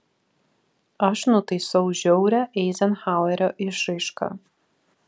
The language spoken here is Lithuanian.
aš nutaisau žiaurią eizenhauerio išraišką